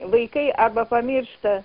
vaikai arba pamiršta